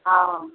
हँ